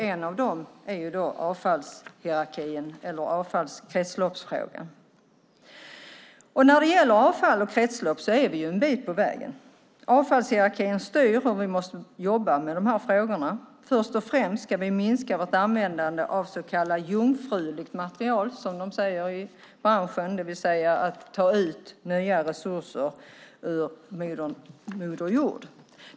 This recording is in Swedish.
En av dem är avfallshierarkin eller kretsloppsfrågan. När det gäller avfall och kretslopp är vi en bit på väg. Avfallshierarkin styr och vi måste jobba med de här frågorna. Först och främst ska vi minska vårt användande av så kallat jungfruligt material, som de säger i branschen, det vill säga ta ut nya resurser ur Moder Jord.